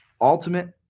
Ultimate